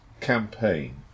campaign